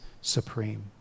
supreme